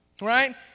right